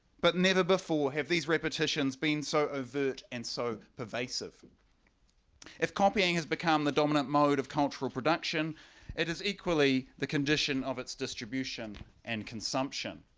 but never before have these repetitions been so overt and so pervasive if copying has become the dominant mode of cultural production it is equally the condition of its distribution and consumption.